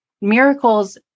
miracles